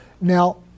Now